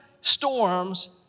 storms